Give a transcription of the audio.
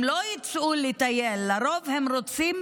הם לא יצאו לטייל, לרוב, הם רוצים